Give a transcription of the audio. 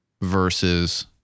versus